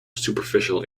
superficial